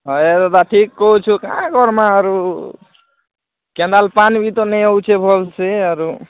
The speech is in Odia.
ହଏ ଦାଦା ଠିକ୍ କହୁଛୁ କାଏଁ କର୍ମା ଆରୁ କୋନାଲ୍ ପାଣି ତ ନେଇ ଆଉଛି ଭଲ୍ସେ ଆରୁ